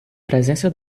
presença